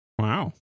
Wow